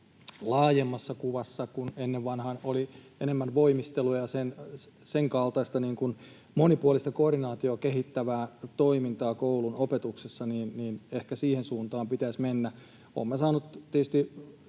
laajemmassa kuvassa, kun ennen vanhaan oli enemmän voimistelua ja sen kaltaista monipuolista koordinaatiota kehittävää toimintaa koulun opetuksessa, että ehkä siihen suuntaan pitäisi mennä. Olen saanut tietysti